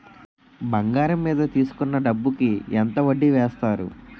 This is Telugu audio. బంగారం మీద తీసుకున్న డబ్బు కి ఎంత వడ్డీ వేస్తారు?